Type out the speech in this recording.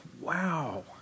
wow